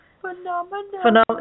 Phenomenal